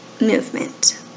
movement